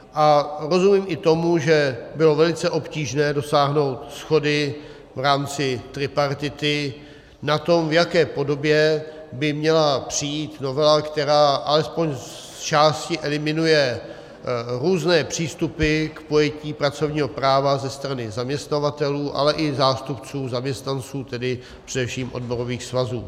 A rozumím i tomu, že bylo velice obtížné dosáhnout shody v rámci tripartity na tom, v jaké podobě by měla přijít novela, která alespoň zčásti eliminuje různé přístupy k pojetí pracovního práva ze strany zaměstnavatelů, ale i zástupců zaměstnanců, tedy především odborových svazů.